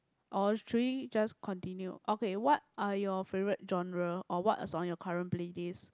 or should we just continue okay what are your favourite genre or what's on your current playlist